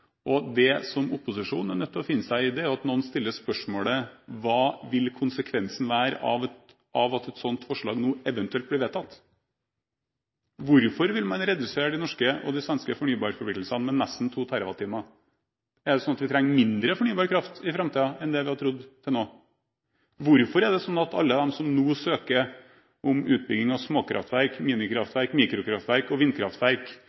nødt til å finne seg i, er at noen stiller spørsmålet: Hva vil konsekvensen være av at et sånt forslag nå eventuelt blir vedtatt? Hvorfor vil man redusere de norske og svenske fornybar-forpliktelsene med nesten 2 TWh? Er det sånn at vi trenger mindre fornybar kraft i framtiden enn det vi hadde trodd til nå? Hvorfor er det sånn at alle dem som nå søker om utbygging av småkraftverk, minikraftverk, mikrokraftverk og vindkraftverk,